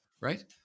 Right